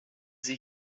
sie